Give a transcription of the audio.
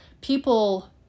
People